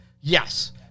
Yes